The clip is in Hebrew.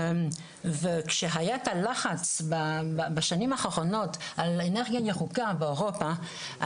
וכשהיה את הלחץ בשנים האחרונות על אנרגיה ירוקה באירופה,